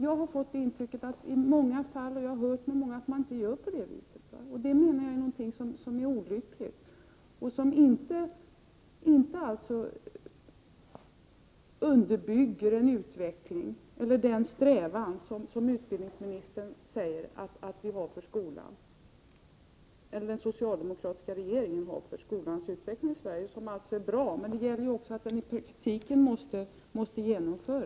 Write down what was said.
Jag har fått intrycket — ett intryck som jag har fått bekräftat av många — att man inte gör på det viset. Och jag menar att det är olyckligt. Det underbygger inte den strävan som den socialdemokratiska regeringen säger sig ha när det gäller skolans utveckling i Sverige. Denna strävan är bra, men den måste också omsättas i praktisk handling.